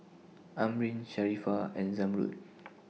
Amrin Sharifah and Zamrud